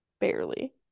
barely